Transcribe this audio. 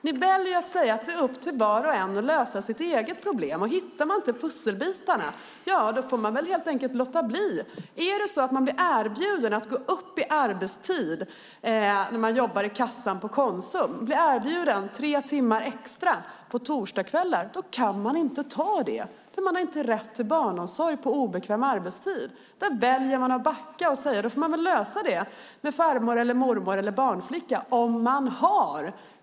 Ni väljer att säga att det är upp till var och en att lösa sitt eget problem. Hittar man inte pusselbitarna får man helt enkelt låta bli. Är det så att man när man jobbar i kassan på Konsum blir erbjuden att gå upp i arbetstid och arbeta tre timmar extra på torsdagskvällar kan man inte anta erbjudandet, för man har inte rätt till barnomsorg på obekväm arbetstid. Där väljer ni att backa och säga att man får lösa det med farmor, mormor eller barnflicka om man har möjlighet.